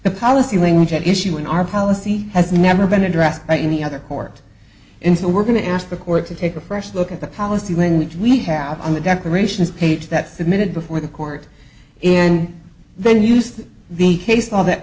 the policy language at issue in our policy has never been addressed by any other court and so we're going to ask the court to take a fresh look at the policy when we have on the decorations page that submitted before the court and then used the case law that